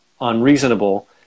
unreasonable